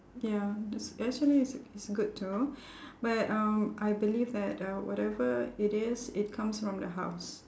ya this actually it's it's good too but um I believe that uh whatever it is it comes from the house